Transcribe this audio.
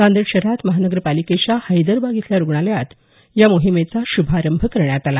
नांदेड शहरात महानगरपालिकेच्या हैदरबाग इथल्या रूग्णालयात या मोहिमेचा शुभारंभ करण्यात आला